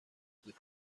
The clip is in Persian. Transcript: بود